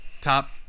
top